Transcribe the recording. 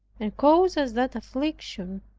and cause us that affliction,